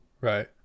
right